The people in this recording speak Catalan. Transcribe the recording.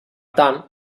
tant